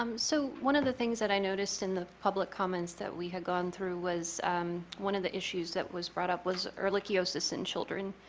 so one of the things that i noticed in the public comments that we had gone through was one of the issues that was brought up was ehrlichiosis in children.